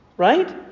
Right